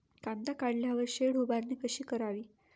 कांदा काढल्यावर शेड उभारणी कशी करावी?